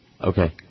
Okay